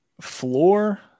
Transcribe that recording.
floor